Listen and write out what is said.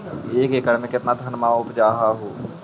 एक एकड़ मे कितना धनमा उपजा हू?